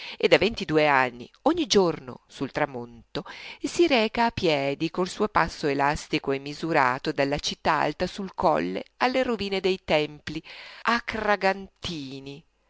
e da ventidue anni ogni giorno sul tramonto si reca a piedi col suo passo elastico e misurato dalla città alta sul colle alle rovine dei tempii